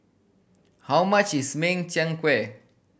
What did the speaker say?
how much is Min Chiang Kueh